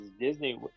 Disney